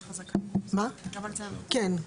כן,